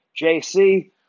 JC